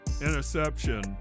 interception